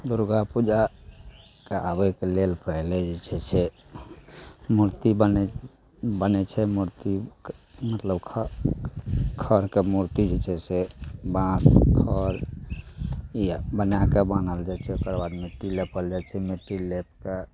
दुर्गा पूजाके आबयके लेल पहिले जे छै से मूर्ति बनय बनय छै मूर्ति तऽ मतलब खऽ खढ़ कए मूर्ति जे छै बाँस खर यऽ बना कऽ बान्हल जाइ छै ओकरबाद मिट्टी लेपल जाइ छै मिट्टी लेप कऽ